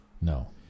No